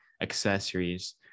accessories